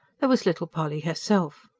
there was little polly herself.